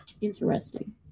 Interesting